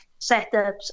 setups